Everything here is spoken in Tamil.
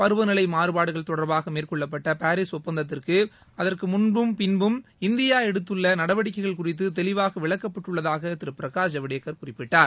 பருவநிலைமாறுபாடுகள் தொடர்பாகமேற்கொள்ளப்பட்டபாரிஸ் ஒப்பந்தத்திற்குமுன்னும் பின்னும் இந்தியாஎடுத்தநடவடிக்கைகுறித்துதெளிவாகவிளக்கப்பட்டுள்ளதாகதிருபிரகாஷ் ஜவடேகர் குறிப்பிட்டார்